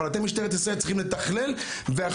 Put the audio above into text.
אבל אתם משטרת ישראל צריכים לתכלל והאחריות